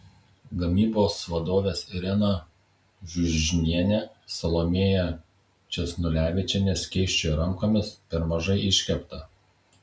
gamybos vadovės irena žiužnienė salomėja česnulevičienė skėsčiojo rankomis per mažai iškepta